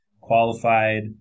qualified